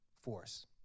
force